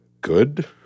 good